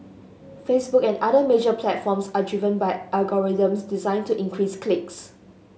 Facebook and other major platforms are driven by algorithms designed to increase clicks